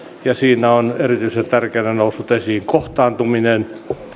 ja siinä on erityisen tärkeänä noussut esiin kohtaantuminen